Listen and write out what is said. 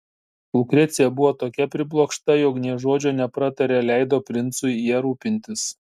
lukrecija buvo tokia priblokšta jog nė žodžio nepratarė leido princui ja rūpintis